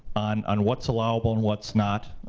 on on what's allowable and what's not,